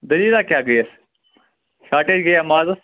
دٔلیٖلہ کیٛاہ gas shortage گٔیٛیاہ مازَس